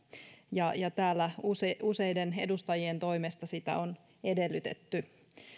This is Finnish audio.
ja ja täällä useiden edustajien toimesta sitä on edellytetty